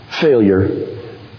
failure